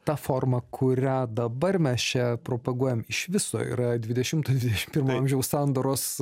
ta forma kurią dabar mes čia propaguojam iš viso yra dvidešimto dvidešimt pirmo amžiaus sandūros